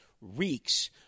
Reeks